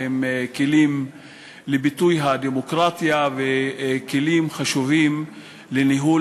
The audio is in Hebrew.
הם כלים לביטוי הדמוקרטיה וכלים חשובים לניהול